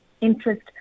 interest